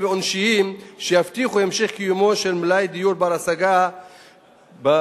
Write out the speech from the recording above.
ועונשיים שיבטיחו המשך קיומו של מלאי דיור בר-השגה במשק.